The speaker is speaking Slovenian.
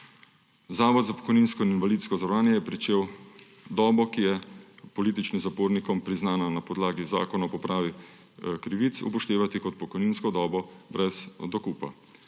Zavod za pokojninsko in invalidsko zavarovanje je pričel dobo, ki je političnim zapornikom priznana na podlagi Zakona o popravi krivic, upoštevati kot pokojninsko dobo brez dokupa.